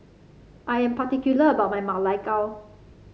I am particular about my Ma Lai Gao